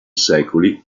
secoli